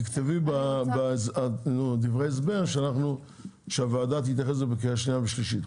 תכתבי בדברי ההסבר שהוועדה תתייחס לזה בהכנה לקריאה שנייה ושלישית.